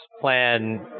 plan